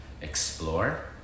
explore